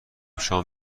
شام